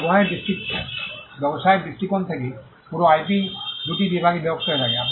ব্যবসায়ের দৃষ্টিকোণ থেকে পুরো আইপি 2 টি বিভাগে বিভক্ত হয়ে থাকে